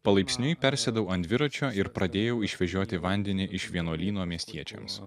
palaipsniui persėdau ant dviračio ir pradėjau išvežioti vandenį iš vienuolyno miestiečiams